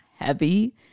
heavy